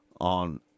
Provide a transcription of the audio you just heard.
on